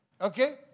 Okay